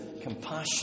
compassion